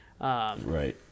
Right